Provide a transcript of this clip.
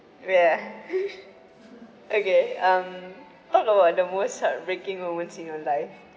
ya okay um talk about the most heartbreaking moments in your life